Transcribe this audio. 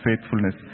faithfulness